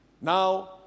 Now